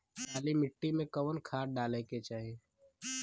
काली मिट्टी में कवन खाद डाले के चाही?